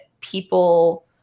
people